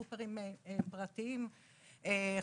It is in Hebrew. סופרים פרטיים,